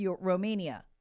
Romania